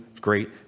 great